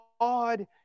God